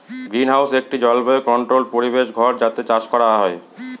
greenhouse একটি জলবায়ু controlled পরিবেশ ঘর যাতে চাষ করা হয়